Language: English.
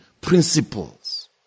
principles